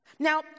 Now